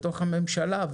בתוך הממשלה,